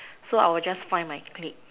so I will just find my clique